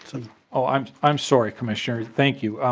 so i'm i'm sorry commissioner. thank you.